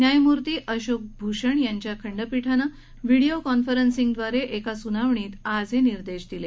न्यायमूर्ती अशोक भूषण यांच्या खंडपीठानं व्हीडीओ कॉन्फरन्सिंगद्वारे एका सुनावणीत आज हे निर्देश दिले